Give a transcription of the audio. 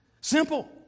Simple